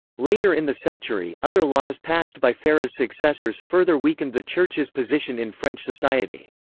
later in the century, other laws passed by ferry's successors further weakened the church's position in french society.